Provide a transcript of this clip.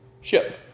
ship